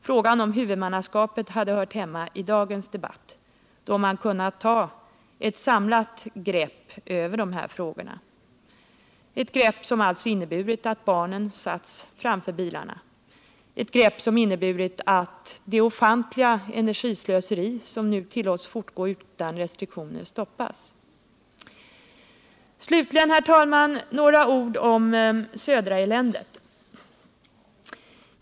Frågan om huvudmannaskapet hade hört hemma i dagens debatt, då man hade kunnat ta ett samlat grepp över dessa frågor — ett grepp som hade inneburit att barnen sätts framför bilarna och att det ofantliga energislöseri som nu tillåts fortgå utan restriktioner stoppas. Slutligen, herr talman, några ord om ”Södraeländet”.